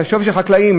את השווי של החקלאים?